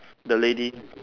the lady